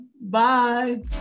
Bye